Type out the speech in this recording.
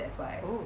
oh